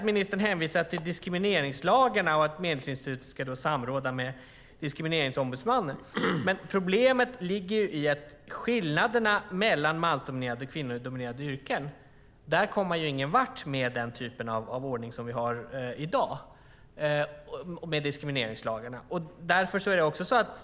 Ministern hänvisar till diskrimineringslagarna och att Medlingsinstitutet ska samråda med Diskrimineringsombudsmannen. Men problemet vad gäller skillnaderna mellan mansdominerade och kvinnodominerade yrken ligger i att man inte kommer någon vart med den typ av ordning som vi har i dag med diskrimineringslagarna.